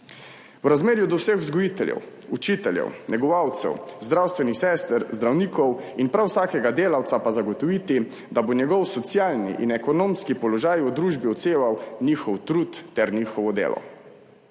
V razmerju do vseh vzgojiteljev, učiteljev, negovalcev, zdravstvenih sester, zdravnikov in prav vsakega delavca pa zagotoviti, da bo njegov socialni in ekonomski položaj v družbi odseval njihov trud ter njihovo delo.